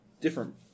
different